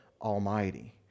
Almighty